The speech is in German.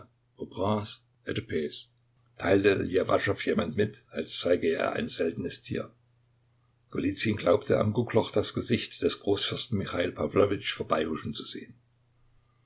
teilte ljewaschow jemand mit als zeige er ein seltenes tier golizyn glaubte am guckloch das gesicht des großfürsten michal pawlowitsch vorbeihuschen zu sehen